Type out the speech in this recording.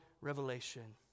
revelation